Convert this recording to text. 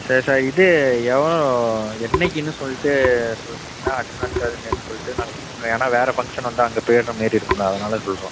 சரி சார் இது எவ்வளோ என்னைக்கின்னு சொல்லிட்டு சொல்லிறீங்கனா அட்வான்ஸ்ஸு அது மாரின் சொல்லிட்டு நாங்கள் புக் பண்ணுவோம் ஏன்னா வேறு ஃபங்க்ஷன் வந்தா அங்கே போயிர்ற மாரி இருக்கும்ல அதனால் சொல்கிறோம்